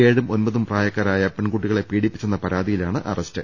ഏഴും ഒൻപതും പ്രായക്കാരായ പെൺകുട്ടികളെ പീഡിപ്പിച്ചെന്ന പരാതിയിലാണ് അറസ്റ്റ്